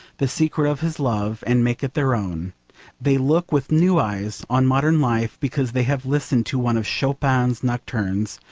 the secret of his love and make it their own they look with new eyes on modern life, because they have listened to one of chopin's nocturnes,